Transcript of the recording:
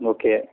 Okay